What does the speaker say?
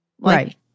Right